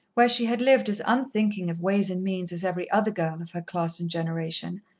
where she had lived as unthinking of ways and means as every other girl of her class and generation,